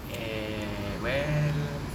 eh well